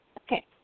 Okay